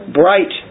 bright